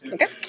Okay